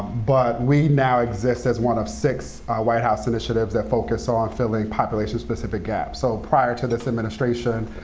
but we now exist as one of six white house initiatives that focus on filling population-specific gaps. so prior to this administration,